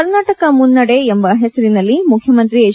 ಕರ್ನಾಟಕ ಮುನ್ನಡೆ ಎಂಬ ಹೆಸರಿನಲ್ಲಿ ಮುಖ್ಯಮಂತ್ರಿ ಎಚ್